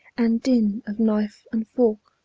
and din of knife and fork,